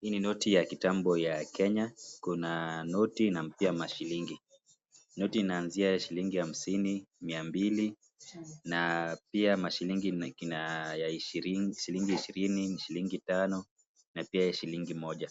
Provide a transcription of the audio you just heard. Hii ni noti ya kitambo ya Kenya. Kuna noti na pia mashilingi. Noti inaanzia shilingi hamsini, mia mbili na pia mashilingi ishirini, shilingi Tano na pia shilingi moja.